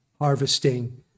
harvesting